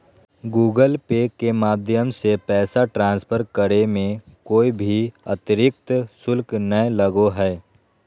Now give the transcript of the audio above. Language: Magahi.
गूगल पे के माध्यम से पैसा ट्रांसफर करे मे कोय भी अतरिक्त शुल्क नय लगो हय